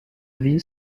ville